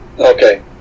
Okay